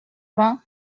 vingt